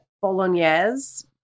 bolognese